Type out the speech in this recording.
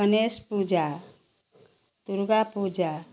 Ganesh Puja Durga Puja